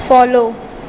follow